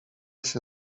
się